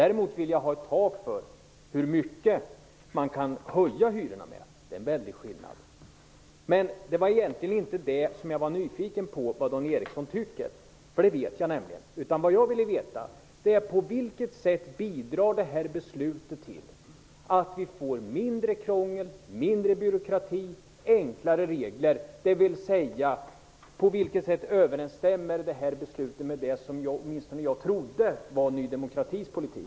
Däremot vill jag ha ett tak för hur mycket man kan höja hyrorna med. Det är en väldig skillnad. Men det var inte på de punkterna som jag var nyfiken på vad Dan Eriksson tycker, för det vet jag nämligen, utan vad jag ville veta är: På vilket sätt bidrar det här beslutet till att vi får mindre krångel, mindre byråkrati, enklare regler, dvs. på vilket sätt överensstämmer beslutet med det som åtminstone jag trodde var Ny demokratis politik?